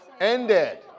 ended